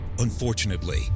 Unfortunately